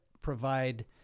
provide